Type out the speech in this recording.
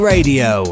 Radio